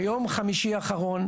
ביום חמישי האחרון,